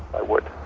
i would.